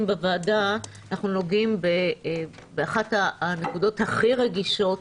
בוועדה - אנחנו נוגעים באחת הנקודות הכי רגישות